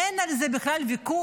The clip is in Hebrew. אין על זה בכלל ויכוח,